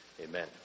Amen